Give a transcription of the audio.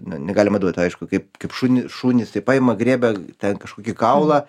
n negalima duot aišku kaip kaip šuny šunys tai paima griebia ten kažkokį kaulą